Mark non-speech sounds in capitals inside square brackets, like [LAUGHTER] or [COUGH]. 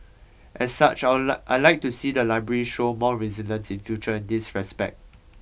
as such I [UNINTELLIGIBLE] I like to see the library show more resilience in future in this respect